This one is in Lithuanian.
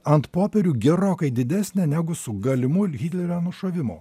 ant popierių gerokai didesnė negu su galimu lyderio nušovimu